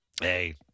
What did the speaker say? Hey